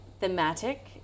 thematic